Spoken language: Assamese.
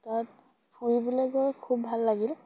তাত ফুৰিবলৈ গৈ খুব ভাল লাগিল